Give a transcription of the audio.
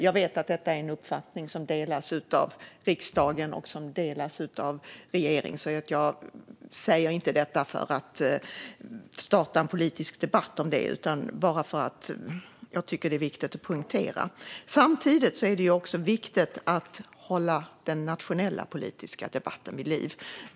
Jag vet att detta är en uppfattning som delas av riksdagen och av regeringen, så jag säger det inte för att starta en politisk debatt utan bara för att jag tycker att det är viktigt att poängtera. Samtidigt är det viktigt att hålla den nationella politiska debatten vid liv.